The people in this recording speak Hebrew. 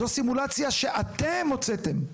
זו סימולציה שאתם הוצאתם,